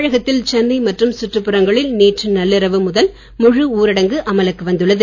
தமிழகத்தில் சென்னை மற்றும் சுற்றுப் புறங்களில் நேற்று நள்ளிரவு முதல் முழு ஊரடங்கு அமலுக்கு வந்துள்ளது